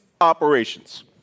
operations